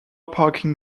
parking